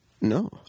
No